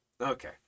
okay